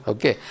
Okay